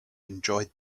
enjoyed